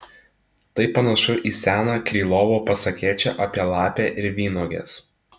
tai panašu į seną krylovo pasakėčią apie lapę ir vynuoges